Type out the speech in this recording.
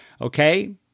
Okay